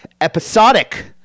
episodic